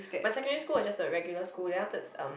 my secondary school was just a regular school then afterwards um